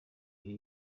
ibi